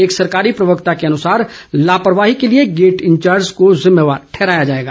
एक सरकारी प्रवक्ता के अनुसार लापरवाही के लिए गेट इंचार्ज को जिम्मेवार ठहराया जाएगा